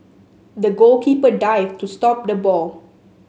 the goalkeeper dived to stop the ball